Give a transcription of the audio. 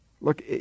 Look